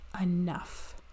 enough